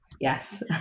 yes